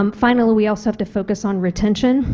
um finally we also have to focus on retention,